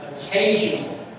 occasional